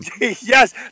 Yes